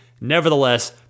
Nevertheless